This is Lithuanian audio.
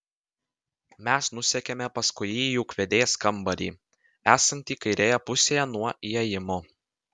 mes nusekėme paskui jį į ūkvedės kambarį esantį kairėje pusėje nuo įėjimo